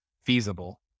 feasible